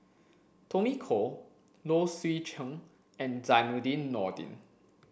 Tommy Koh Low Swee Chen and Zainudin Nordin